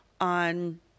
on